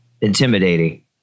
intimidating